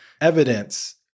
evidence